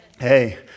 Hey